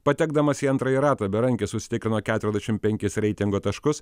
patekdamas į antrąjį ratą berankis užsitikrino keturiasdešimt penkis reitingo taškus